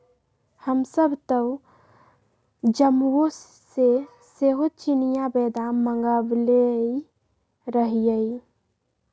हमसभ तऽ जम्मूओ से सेहो चिनियाँ बेदाम मँगवएले रहीयइ